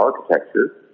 architecture